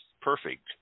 perfect